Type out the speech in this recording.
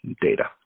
data